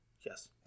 Yes